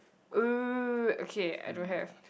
!ooh! okay I don't have